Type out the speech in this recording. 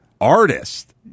artist